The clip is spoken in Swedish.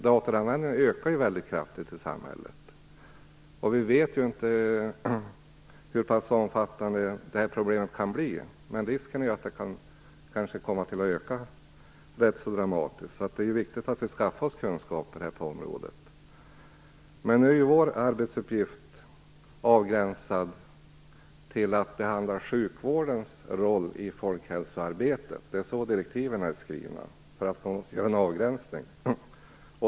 Datoranvändningen ökar kraftigt i samhället. Vi vet inte hur pass omfattande de här problemen kan bli, men risken är att de kan komma att öka rätt så dramatiskt. Det är viktigt att vi skaffar oss kunskaper på området. Vår arbetsuppgift är avgränsad till att behandla sjukvårdens roll i folkhälsoarbetet. Det är så direktiven är skrivna, för man måste göra en avgränsning.